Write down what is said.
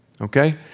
okay